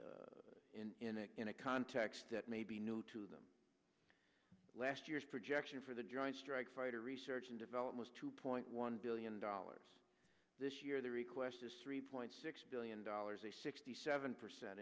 perspective is and in a context that may be new to them last year's projection for the joint strike fighter research and development two point one billion dollars this year the request is three point six billion dollars a sixty seven percent